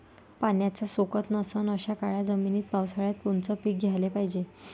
पाण्याचा सोकत नसन अशा काळ्या जमिनीत पावसाळ्यात कोनचं पीक घ्याले पायजे?